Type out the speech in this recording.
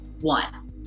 one